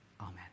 Amen